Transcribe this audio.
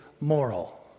moral